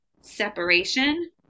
separation